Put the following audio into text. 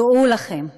דעו לכם,